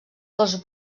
dels